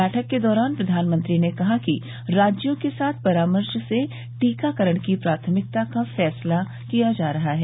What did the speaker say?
बैठक के दौरान प्रधानमंत्री ने कहा कि राज्यों के साथ परामर्श से टीकाकरण की प्राथमिकता का फैसला किया जा रहा है